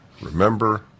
remember